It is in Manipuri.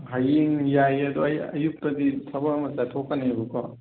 ꯍꯌꯦꯡ ꯌꯥꯏꯌꯦ ꯑꯗꯣ ꯑꯩ ꯑꯌꯨꯛꯇꯗꯤ ꯊꯕꯛ ꯑꯃ ꯆꯠꯊꯣꯛꯀꯅꯦꯕꯀꯣ